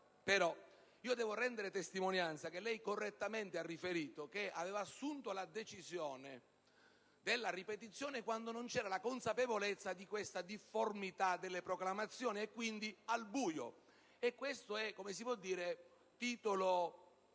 però devo rendere testimonianza che lei correttamente ha riferito di aver assunto la decisione della ripetizione quando non c'era la consapevolezza di questa difformità delle proclamazioni, quindi al buio. Se questo non è titolo